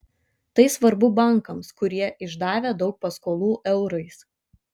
tai svarbu bankams kurie išdavę daug paskolų eurais